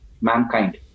mankind